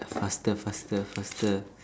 faster faster faster